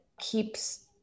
keeps